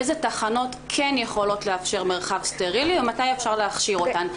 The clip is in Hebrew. איזה תחנות כן יכולות לאפשר מרחב סטרילי ומתי אפשר להכשיר אותן?